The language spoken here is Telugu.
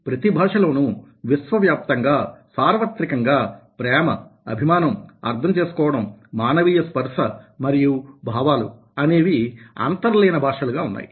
ప్రతి భాషలోనూ విశ్వవ్యాప్తంగా ప్రేమ అభిమానం అర్థం చేసుకోవడం మానవీయ స్పర్శ మరియు భావాలు అనేవి అంతర్లీన భాషలుగా ఉన్నాయి